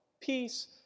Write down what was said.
peace